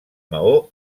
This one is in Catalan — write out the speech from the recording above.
maó